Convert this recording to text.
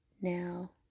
Now